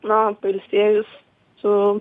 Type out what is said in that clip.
na pailsėjus su